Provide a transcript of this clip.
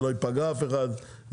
ולא ייפגע אף אחד.